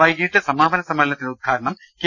വൈകീട്ട് സമാപന സമ്മേളനത്തിന്റെ ഉദ്ഘാടനം കെ